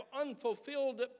unfulfilled